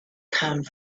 come